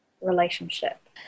relationship